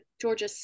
Georgia